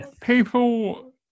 people